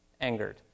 angered